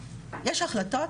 יש החלטות,